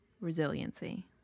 resiliency